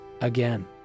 again